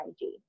IG